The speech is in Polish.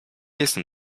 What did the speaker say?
jestem